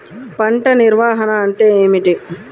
పంట నిర్వాహణ అంటే ఏమిటి?